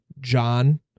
John